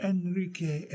Enrique